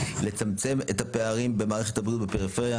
לצמצם את הפערים במערכת הבריאות בפריפריה